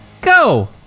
go